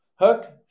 Hook